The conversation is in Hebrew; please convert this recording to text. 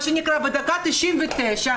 מה שנקרא "בדקה ה-99",